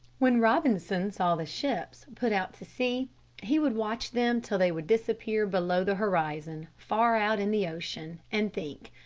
when robinson saw the ships put out to sea he would watch them till they would disappear below the horizon far out in the ocean, and think,